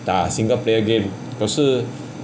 打 single player game 可是